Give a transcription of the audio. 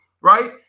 right